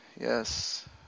Yes